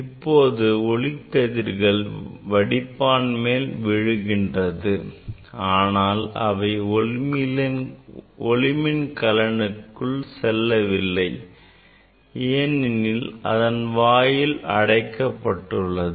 இப்போது ஒளிக்கதிர்கள் வடிப்பான் மேல் விழுகின்றது ஆனால் அவை ஒளிமின் கலனுக்கும் செல்லவில்லை ஏனெனில் அதன் வாயில் அடைக்கப்பட்டுள்ளது